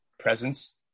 presence